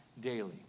daily